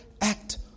act